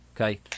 Okay